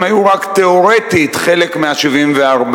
הם היו רק תיאורטית חלק מה-74,